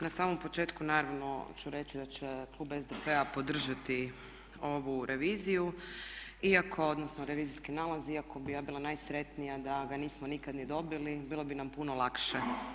Na samom početku naravno ću reći da će klub SDP-a podržati ovu reviziju odnosno revizijski nalaz iako bi ja bila najsretnija da ga nismo nikad ni dobili, bilo bi nam puno lakše.